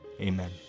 amen